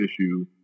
issue